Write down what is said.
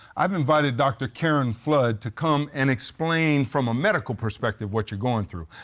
i've invited doctor karin flood to come and explain from a medical perspective what you're going through.